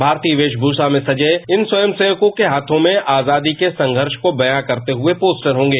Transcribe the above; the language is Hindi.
भारतीय वेशमूषा में सजे धजे इन स्वयंसेक्कों के हाथों में आजादी के संघर्ष को बयां करते हुए पोस्टर होंगे